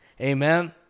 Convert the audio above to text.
Amen